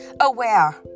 aware